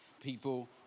people